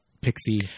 pixie